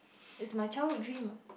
is my childhood dream ah